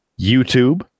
YouTube